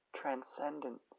Transcendence